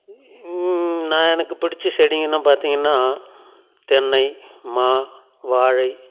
நான் எனக்கு பிடிச்ச செடிங்கன்னு பார்த்திங்கன்னா தென்னை மா வாழை